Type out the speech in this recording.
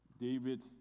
David